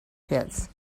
pits